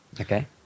Okay